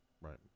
Right